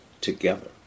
together